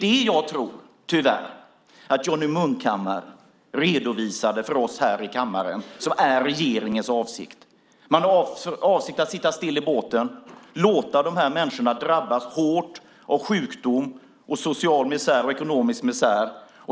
Det jag tror att Johnny Munkhammar tyvärr redovisade för oss här i kammaren var det som är regeringens avsikt. Man har för avsikt att sitta still i båten och låta de här människorna drabbas hårt av sjukdom samt social och ekonomisk misär.